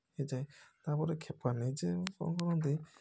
ଏବେ ତାପରେ ଖେପା ନେଇଯାଏ କ'ଣ କରନ୍ତି